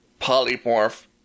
Polymorph